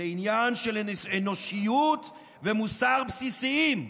זה עניין של אנושיות ומוסר בסיסיים.